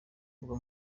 mbuga